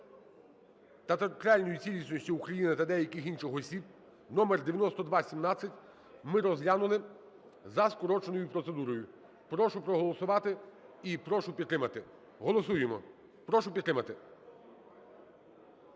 та територіальної цілісності України та деяких інших осіб (номер 9217) ми розглянули за скороченою процедурою. Прошу проголосувати. І прошу підтримати. Голосуємо. Прошу підтримати.